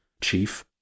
chief